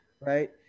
right